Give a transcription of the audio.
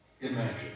Imagine